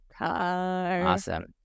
Awesome